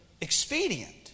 expedient